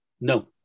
No